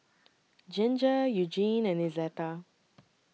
Ginger Eugene and Izetta